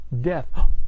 Death